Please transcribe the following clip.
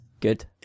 Good